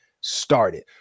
started